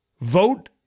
Vote